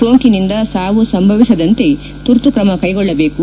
ಸೋಂಕಿನಿಂದ ಸಾವು ಸಂಭವಿಸದಂತೆ ತುರ್ತು ಕ್ರಮ ಕೈಗೊಳ್ಳಬೇಕು